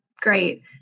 great